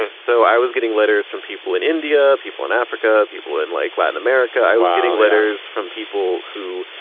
and so i was getting letters from people in india. people in africa. people in like latin america. i was getting letters from people who,